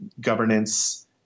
governance